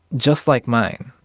just like mine,